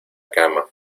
cama